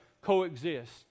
coexist